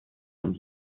und